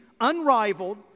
unrivaled